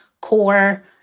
core